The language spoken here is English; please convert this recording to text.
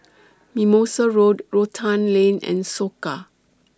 Mimosa Road Rotan Lane and Soka